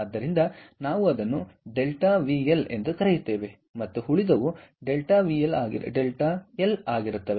ಆದ್ದರಿಂದ ನಾವು ಅದನ್ನು Δವಿಎಲ್ ಎಂದು ಕರೆಯುತ್ತೇವೆ ಮತ್ತು ಉಳಿದವು Δವಿಎಲ್ ಆಗಿರುತ್ತದೆ